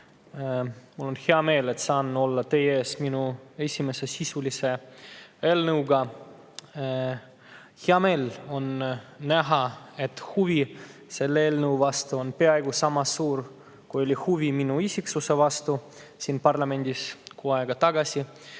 Mul on hea meel, et saan olla teie ees oma esimese sisulise eelnõuga. Hea meel on näha, et huvi selle eelnõu vastu on peaaegu sama suur, kui oli huvi minu isiksuse vastu siin parlamendis kuu aega tagasi.